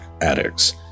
addicts